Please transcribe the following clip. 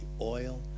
oil